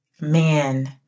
man